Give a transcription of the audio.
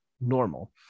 normal